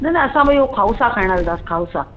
न न असां ॿई हू खाउसा खाइण हलंदासि खाउसा